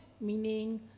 meaning